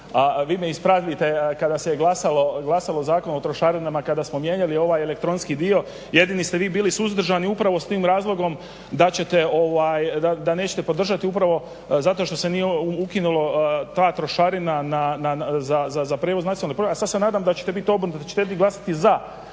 vi me ispravite kada se glasalo Zakon o trošarinama kada smo mijenjali ovaj elektronski dio jedini ste vi bili suzdržani upravo s tim razlogom da nećete podržati upravo zato što se nije ukinula ta trošarina za prijevoz nacionalno a sad se nadam da ćete vi to obrnuto, da ćete jedni glasati za